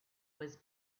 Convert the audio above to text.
was